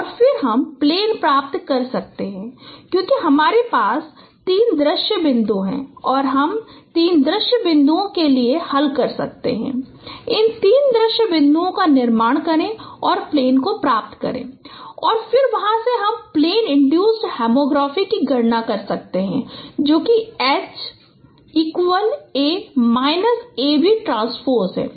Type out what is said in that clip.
और फिर हम प्लेन प्राप्त कर सकते हैं क्योंकि हमारे पास 3 दृश्य बिंदु हैं और हम 3 दृश्य बिंदुओं के लिए हल करते हैं 3 दृश्य बिंदुओं का निर्माण करें और प्लेन को प्राप्त करें और फिर वहां से हम प्लेन इन्ड्यूसड होमोग्राफी की गणना कर सकते हैं जो कि H equal A minus a v transpose है